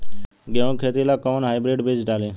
गेहूं के खेती ला कोवन हाइब्रिड बीज डाली?